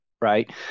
Right